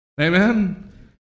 Amen